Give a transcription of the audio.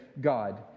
God